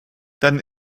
dann